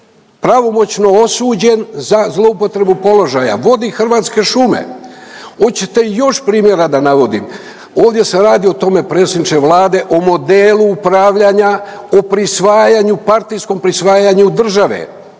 pravomoćno osuđen za zloupotrebu položaja vodi Hrvatske šume. Oćete još primjera da navodim? Ovdje se radi o tome predsjedniče Vlade, o modelu upravljanja, o prisvajanju, partijskom prisvajanju države